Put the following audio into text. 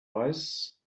eyes